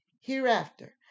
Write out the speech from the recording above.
Hereafter